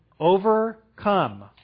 Overcome